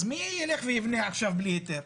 אז מי יילך ויבנה עכשיו בלי היתר?